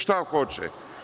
Šta hoće?